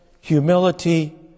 humility